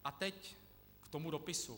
A teď k tomu dopisu.